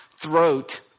throat